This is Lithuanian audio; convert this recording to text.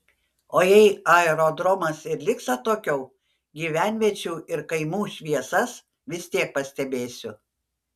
o jei aerodromas ir liks atokiau gyvenviečių ir kaimų šviesas vis tiek pastebėsiu